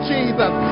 Jesus